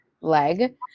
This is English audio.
leg